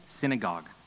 synagogue